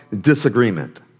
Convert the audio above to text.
disagreement